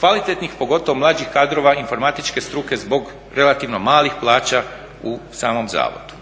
kvalitetnih pogotovo mlađih kadrova informatičke struke zbog relativno malih plaća u samom zavodu.